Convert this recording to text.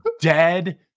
dead